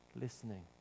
listening